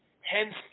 hence